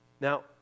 Now